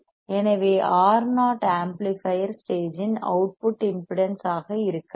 எனவே Ro amplifier stage இன் output impedance ஆக இருக்கட்டும்